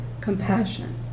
compassion